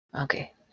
Okay